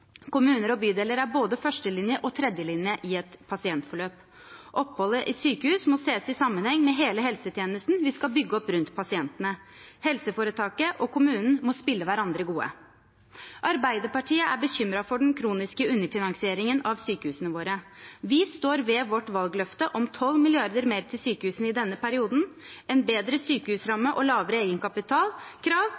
Kommuner og bydeler er både førstelinje og tredjelinje i et pasientforløp. Sykehusopphold må ses i sammenheng med hele helsetjenesten vi skal bygge opp rundt pasientene. Helseforetaket og kommunen må spille hverandre gode. Arbeiderpartiet er bekymret for den kroniske underfinansieringen av sykehusene våre. Vi står ved vårt valgløfte om 12 mrd. kr mer til sykehusene i denne perioden. Arbeiderpartiets budsjett, med en bedre